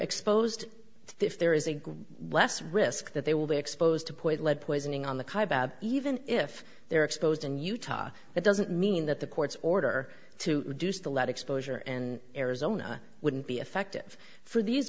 good less risk that they will be exposed to put lead poisoning on the bad even if they're exposed in utah that doesn't mean that the court's order to reduce the lead exposure and arizona wouldn't be effective for these